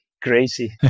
crazy